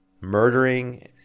murdering